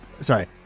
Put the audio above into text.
Sorry